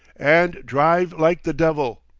and drive like the devil!